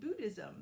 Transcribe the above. Buddhism